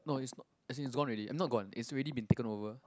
no is not as in it's gone already eh not gone is already been taken over